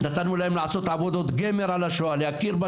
נתנו להם לעשות עבודות גמר על השואה ולהכיר בה